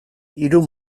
hiru